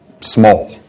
small